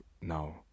now